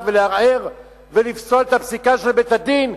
ולערער ולפסול את הפסיקה של בית-הדין,